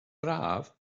braf